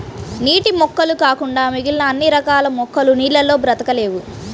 నీటి మొక్కలు కాకుండా మిగిలిన అన్ని రకాల మొక్కలు నీళ్ళల్లో బ్రతకలేవు